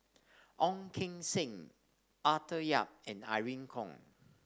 Ong Keng Sen Arthur Yap and Irene Khong